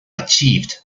achieved